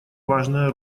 важная